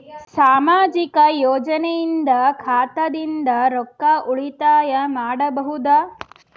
ಸಾಮಾಜಿಕ ಯೋಜನೆಯಿಂದ ಖಾತಾದಿಂದ ರೊಕ್ಕ ಉಳಿತಾಯ ಮಾಡಬಹುದ?